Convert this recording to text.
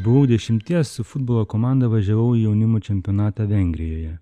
buvau dešimties su futbolo komanda važiavau į jaunimo čempionatą vengrijoje